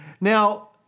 Now